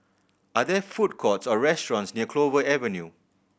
are there food courts or restaurants near Clover Avenue